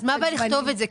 אז מה הבעיה לכתוב את זה?